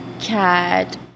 cat